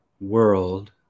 world